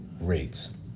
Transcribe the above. rates